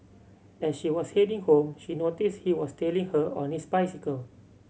as she was heading home she noticed he was tailing her on his bicycle